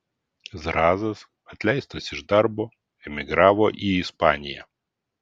zrazas atleistas iš darbo emigravo į ispaniją